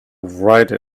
write